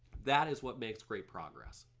that is what makes great progress.